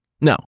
No